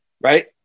right